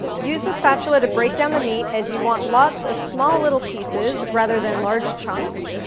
use a spatula to break down the meat, as you want lots of small, little pieces rather than large chunks.